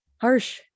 harsh